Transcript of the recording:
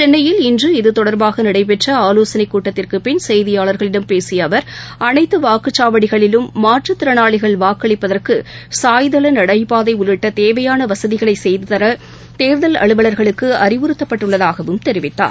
சென்னையில் இதுதொடர்பாகநடைபெற்றஆலோசனைகூட்டத்திற்குபின் செய்தியாளர்களிடம் இன்று பேசியஅவர் அனைத்துவாக்குச்சாவடிகளிலும் மாற்றுத்திறனாளிகள் வாக்களிப்பதற்குசாய்தளநடைபாதைஉள்ளிட்டதேவையானவசதிகளைசெய்துதரதேர்தல் அலுவலர்களுக்குஅறிவுறுத்தப்பட்டுள்ளதாகவும் தெரிவித்தார்